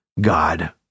God